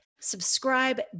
subscribe